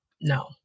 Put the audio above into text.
no